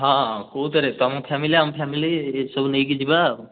ହଁ କେଉଁଥିରେ ତୁମ ଫ୍ୟାମିଲି ଆମ ଫ୍ୟାମିଲି ସବୁ ନେଇକି ଯିବା ଆଉ